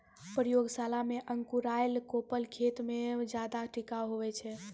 प्रयोगशाला मे अंकुराएल कोपल खेत मे ज्यादा टिकाऊ हुवै छै